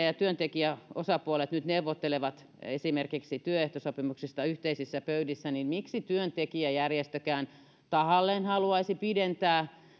ja työntekijäosapuolet nyt neuvottelevat esimerkiksi työehtosopimuksista yhteisissä pöydissä niin miksi työntekijäjärjestökään tahallaan haluaisi pidentää